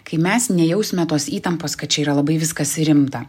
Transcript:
kai mes nejausime tos įtampos kad čia yra labai viskas rimta